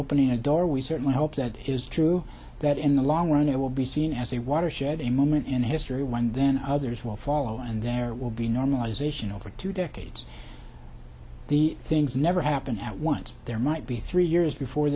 opening a door we certainly hope that is true that in the long run it will be seen as a watershed a moment in history when then others will follow and there will be normalization over two decades the things never happen at once there might be three years before